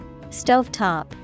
Stovetop